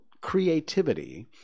creativity